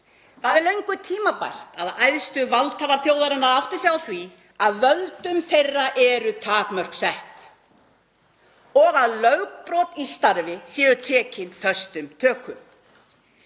Það er löngu tímabært að æðstu valdhafar þjóðarinnar átti sig á því að völdum þeirra eru takmörk sett og að lögbrot í starfi séu tekin föstum tökum.